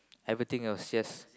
everything was just